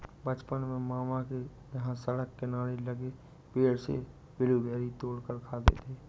बचपन में मामा के यहां सड़क किनारे लगे पेड़ से ब्लूबेरी तोड़ कर खाते थे